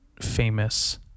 famous